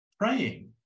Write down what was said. praying